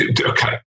Okay